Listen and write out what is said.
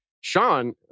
Sean